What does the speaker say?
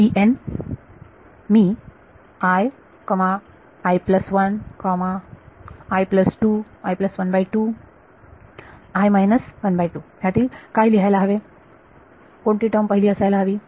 तर मी ह्यातील काय लिहायला हवे कोणती टर्म पहिली असायला हवी